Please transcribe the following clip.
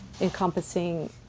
encompassing